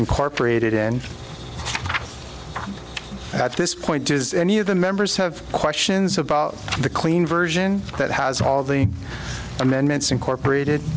incorporated in at this point does any of the members have questions about the clean version that has all the amendments incorporated